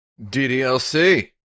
DDLC